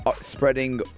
spreading